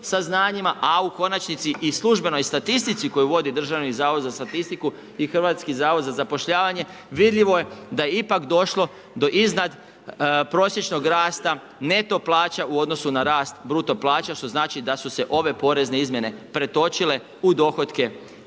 saznanjima a u konačnici i službenoj statistici koju vodi DZSS i HZZZ, vidljivo je da je ipak došlo do iznadprosječnog rasta neto plaća u odnosu na rast bruto plaća što znači da su se ove porezne izmjene pretočile u dohotke